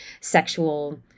sexual